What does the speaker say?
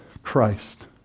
Christ